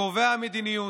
כקובע המדיניות,